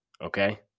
Okay